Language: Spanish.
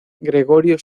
gregorio